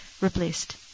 replaced